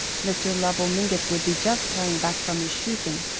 mr. lovell mingott would be just hurrying back from his shooting,